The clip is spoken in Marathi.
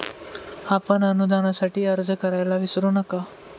आपण अनुदानासाठी अर्ज करायला विसरू नका